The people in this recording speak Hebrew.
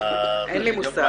אין לי מושג.